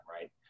right